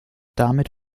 damit